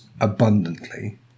abundantly